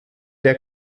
der